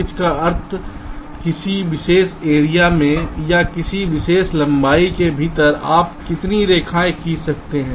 pitch का अर्थ किसी विशेष एरिया में या किसी विशेष लंबाई के भीतर आप कितनी रेखाएँ खींच सकते हैं